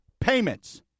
payments